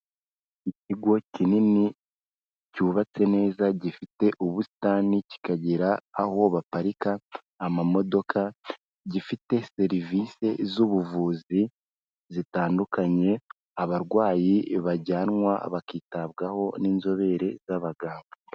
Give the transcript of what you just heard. Ikigo kinini cyubatse neza, gifite ubusitani, kikagira aho baparika amamodoka, gifite serivisi z'ubuvuzi zitandukanye abarwayi bajyanwa bakitabwaho n'inzobere z'abaganga.